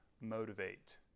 motivate